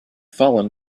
fallen